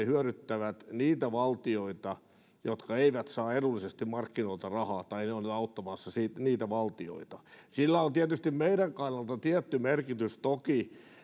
hyödyttävät lähinnä niitä valtioita jotka eivät saa edullisesti markkinoilta rahaa tai ne ovat auttamassa niitä valtioita sillä on tietysti meidän kannaltamme tietty merkitys